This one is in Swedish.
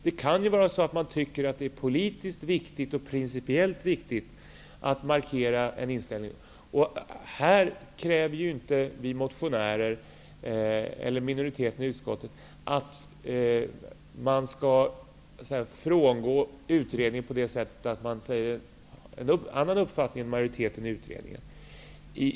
Det kan ju hända att man anser att det är principiellt och politiskt viktigt att markera en inställning. I den här frågan kräver ju inte minoriteten i utskottet att man skall frångå utredningen genom att man uttalar en annan uppfattning än majoriteten i utredningen.